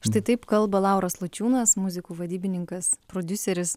štai taip kalba lauras lučiūnas muzikų vadybininkas prodiuseris